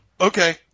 Okay